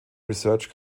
research